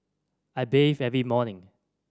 I bathe every morning